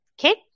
Okay